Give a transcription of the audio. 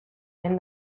lehen